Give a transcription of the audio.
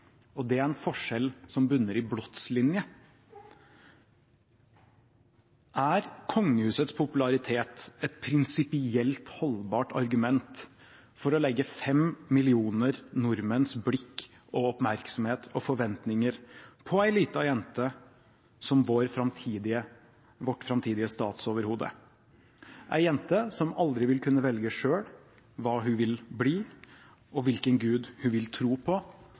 og det er en forskjell som bunner i blodslinje. Er kongehusets popularitet et prinsipielt holdbart argument for å legge fem millioner nordmenns blikk, oppmerksomhet og forventninger på ei lita jente som vårt framtidige statsoverhode – ei jente som aldri selv vil kunne velge hva hun vil bli, og hvilken gud hun vil tro på,